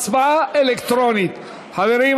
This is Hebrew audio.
רגיל.